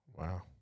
Wow